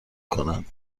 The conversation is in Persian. کند